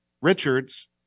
Richards